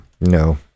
no